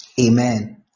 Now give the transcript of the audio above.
Amen